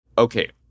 Okay